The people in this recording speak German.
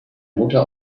mutter